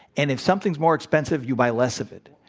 and if something's more expensive, you buy less of it.